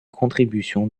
contribution